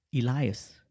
Elias